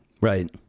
Right